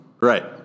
right